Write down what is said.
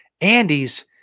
Andy's